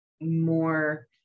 more